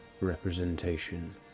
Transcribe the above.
representation